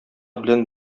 белән